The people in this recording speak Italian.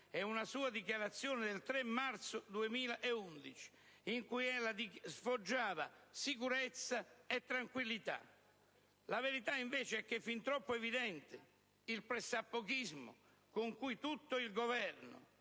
come ha dichiarato anche il 3 marzo 2011, quando sfoggiava sicurezza e tranquillità. La verità invece è che è fin troppo evidente il pressapochismo con cui il Governo